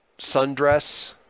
sundress